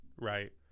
Right